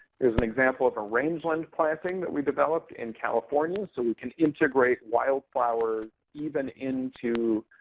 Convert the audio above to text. here's an example of a rangeland planting that we developed in california. so we can integrate wildflower even into